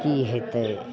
कि हेतै